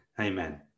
amen